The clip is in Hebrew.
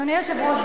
אדוני היושב-ראש,